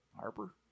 Harper